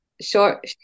Short